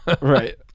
right